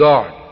God